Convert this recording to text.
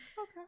Okay